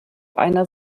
einer